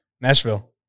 Nashville